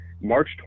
March